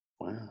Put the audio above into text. Wow